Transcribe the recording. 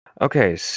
Okay